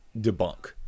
debunk